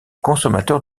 consommateurs